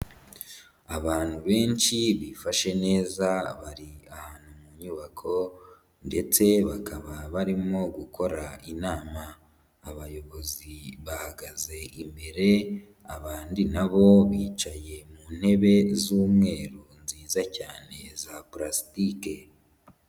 Abantu benshi bifashe neza bari ahantu mu nyubako ndetse bakaba barimo gukora inama, abayobozi bahagaze imbere abandi na bo bicaye mu ntebe z'umweru nziza cyane za pulasitike.